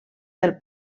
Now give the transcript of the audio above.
del